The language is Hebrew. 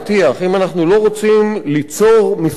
אם אנחנו לא רוצים ליצור מפלצת